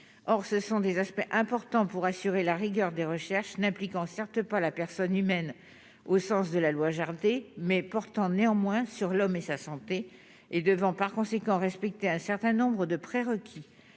or ce sont des aspects importants pour assurer la rigueur des recherches impliquant certes pas la personne humaine, au sens de la loi Jardé mais portant néanmoins sur l'homme et sa santé est devant, par conséquent, respecter un certain nombre de prérequis,